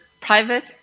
private